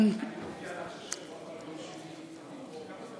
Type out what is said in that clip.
אני מודיע לך ששבוע הבא